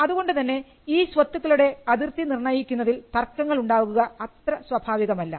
അതുകൊണ്ട് തന്നെ ഈ സ്വത്തുക്കളുടെ അതിർത്തി നിർണയിക്കുന്നതിൽ തർക്കങ്ങൾ ഉണ്ടാകുക അത്ര സ്വാഭാവികം അല്ല